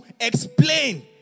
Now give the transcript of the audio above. explain